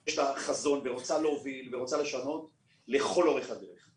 שיש לה חזון והיא רוצה להוביל ורוצה לשנות לאורך כל הדרך.